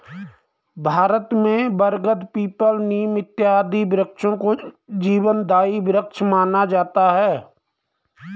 भारत में बरगद पीपल नीम इत्यादि वृक्षों को जीवनदायी वृक्ष माना जाता है